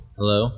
Hello